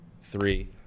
three